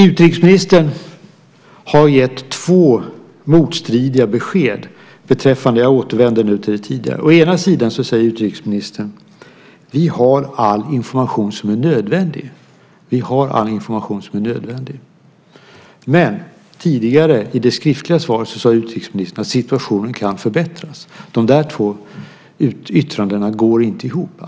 Utrikesministern har gett två motstridiga besked - jag återvänder nu till det som sades tidigare. Å ena sidan säger utrikesministern att vi har all information som är nödvändig. Å andra sidan sade utrikesministern i sitt första svar att situationen kan förbättras. De två yttrandena går inte ihop.